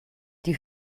die